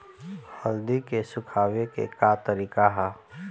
हल्दी के सुखावे के का तरीका ह?